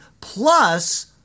plus